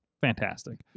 fantastic